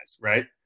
right